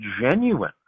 genuine